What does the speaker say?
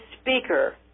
speaker